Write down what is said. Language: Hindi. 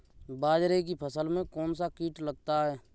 बाजरे की फसल में कौन सा कीट लगता है?